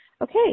Okay